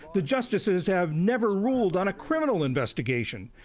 the justices have never ruled on a criminal investigation.